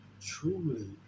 truly